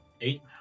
eight